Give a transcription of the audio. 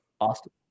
Austin